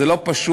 זה לא פשוט,